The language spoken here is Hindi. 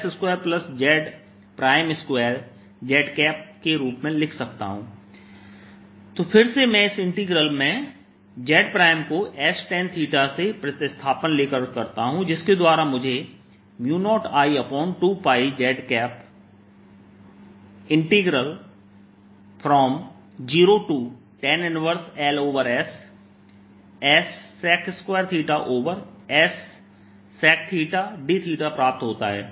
Asz00I4π LLdzs2z2z0I4π×20Ldzs2z2z तो फिर से मैं इस इंटीग्रल में z को s tan से प्रतिस्थापन लेकर करता हूं जिसके द्वारा मुझे 0I2πz0tan 1Ls ssec2ssecθdθ प्राप्त होता है